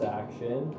action